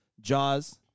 Jaws